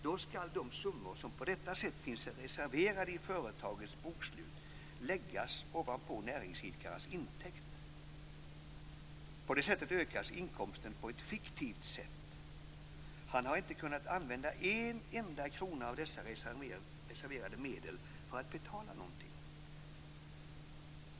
Då skall de summor som på detta sätt finns reserverade i företagets bokslut läggas ovanpå näringsidkarens intäkt. På det sättet ökas inkomsten på ett fiktivt sätt. Han har inte kunnat använda en enda krona av dessa reserverade medel för att betala någonting.